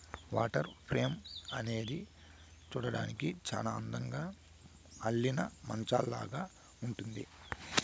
water frame అనేది చూడ్డానికి చానా అందంగా అల్లిన మంచాలాగా ఉంటుంది